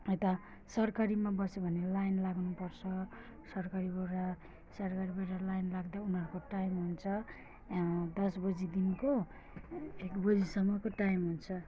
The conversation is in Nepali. यता सरकारीमा बस्यो भने लाइन लाग्नुपर्छ सरकारीबाट सरकारीबाट लाइन लाग्दा उनीहरूको टाइम हुन्छ दस बजीदेखिको एक बजीसम्मको टाइम हुन्छ